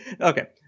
Okay